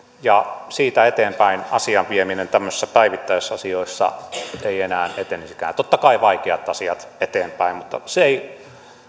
ja siitä eteenpäin asian vieminen tämmöisissä päivittäisasioissa ei enää etenisikään totta kai vaikeat asiat eteenpäin mutta se ei